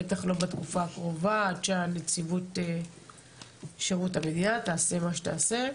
בטח לא בתקופה הקרובה עד שנציבות שירות המדינה תעשה מה שתעשה.